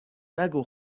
نگو